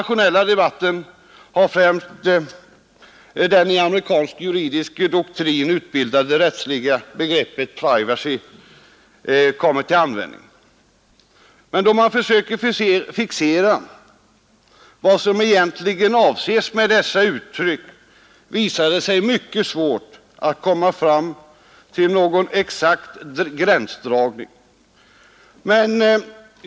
I främst amerikansk juridisk doktrin har det utbildats ett rättsligt begrepp privacy, men då man försöker precisera vad som egentligen avses med detta uttryck visar det sig mycket svårt att göra någon exakt gränsdragning.